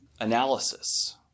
analysis